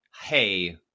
hey